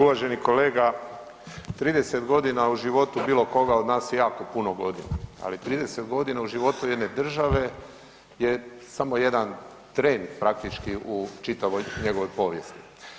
Uvaženi kolega, 30.g. u životu bilo koga od nas je jako puno godina ali 30.g. u životu jedne države je samo jedan tren praktički u čitavoj njegovoj povijesti.